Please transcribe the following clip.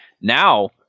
Now